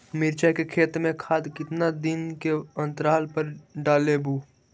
मिरचा के खेत मे खाद कितना दीन के अनतराल पर डालेबु?